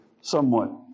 somewhat